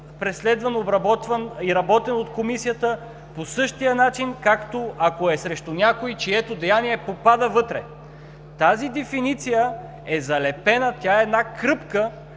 преследван, обработван и работен от Комисията по същия начин, както ако е срещу някой, чието деяние попада вътре. Тази дефиниция е залепена, тя е една кръпка,